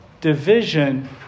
Division